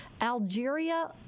Algeria